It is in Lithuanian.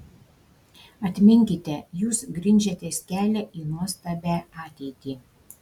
atminkite jūs grindžiatės kelią į nuostabią ateitį